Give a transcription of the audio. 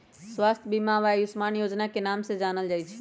स्वास्थ्य बीमा अब आयुष्मान योजना के नाम से जानल जाई छई